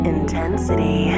Intensity